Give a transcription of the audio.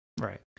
Right